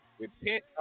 Repent